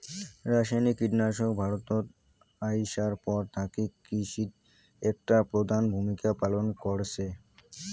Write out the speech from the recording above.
রাসায়নিক কীটনাশক ভারতত আইসার পর থাকি কৃষিত একটা প্রধান ভূমিকা পালন করসে